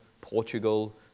Portugal